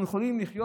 אנחנו יכולים לחיות